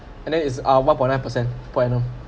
and then it's uh one point nine percent per annum